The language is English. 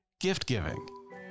gift-giving